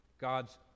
God's